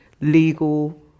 legal